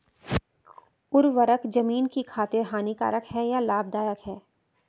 उर्वरक ज़मीन की खातिर हानिकारक है या लाभदायक है?